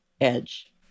Edge